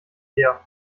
her